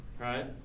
right